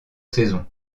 saison